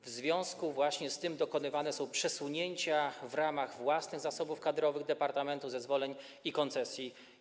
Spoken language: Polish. W związku z tym dokonywane są przesunięcia w ramach własnych zasobów kadrowych Departamentu Zezwoleń i Koncesji.